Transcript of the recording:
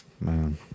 Man